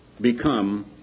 become